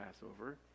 Passover